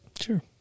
Sure